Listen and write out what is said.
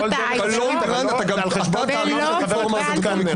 לא על חשבון זמנו של חבר הכנסת קלנר.